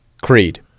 Creed